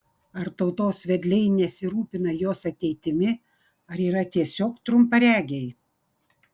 ar tautos vedliai nesirūpina jos ateitimi ar yra tiesiog trumparegiai